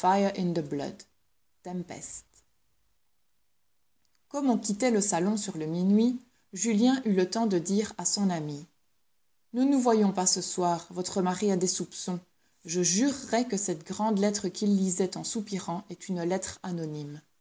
comme on quittait le salon sur le minuit julien eut le temps de dire à son amie ne nous voyons pas ce soir votre mari a des soupçons je jurerais que cette grande lettre qu'il lisait en soupirant est une lettre anonyme